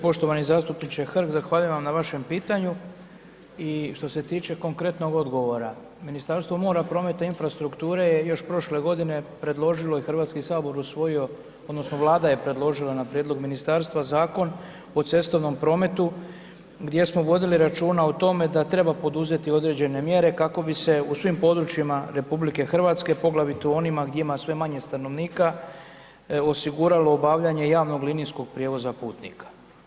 Poštovani zastupniče Hrg, zahvaljujem vam na vašem pitanju i što se tiče konkretnog odgovora, Ministarstvo mora, prometa i infrastrukture, je još prošle godine, predložilo i Hrvatski sabor usvojio, odnosno, vlada je predložila na prijedlog ministarstva, zakon o cestovnom prometu, gdje smo vodili računa o tome, da treba poduzeti određene mjere, kako bi se u svim područjima RH poglavito u onima gdje ima sve manje stanovnika, osiguralo obavljanje javnog linijskog prijevoza putnika.